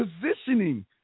positioning